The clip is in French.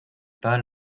pas